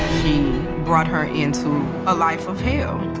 he brought her into a life of hell